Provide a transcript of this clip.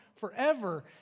forever